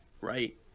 Right